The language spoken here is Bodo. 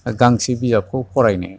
गांसे बिजाबखौ फरायनो